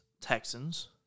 Texans